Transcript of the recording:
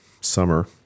summer